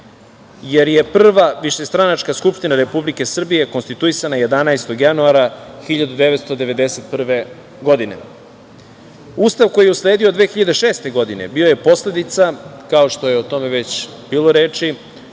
jer je prva višestranačka Skupština Republike Srbije konstituisana 11. januara 1991. godine. Ustav koji je usledio 2006. godine bio je posledica, kao što je o tome već bilo reči,